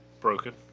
broken